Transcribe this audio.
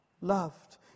loved